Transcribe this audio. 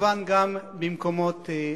וכמובן גם במקומות אחרים.